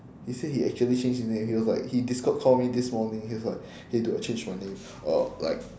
he said he actually changed his name he was like he discord call me this morning he was like hey dude I changed my name uh like